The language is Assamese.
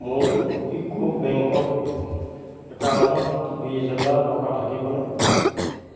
মোৰ ইউকো বেংকত একাউণ্টত বিছ হেজাৰ টকা থাকিবনে